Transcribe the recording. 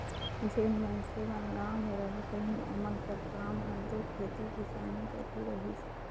जेन मइनसे मन गाँव में रहत रहिन ओमन कर काम हर दो खेती किसानी कर ही रहिस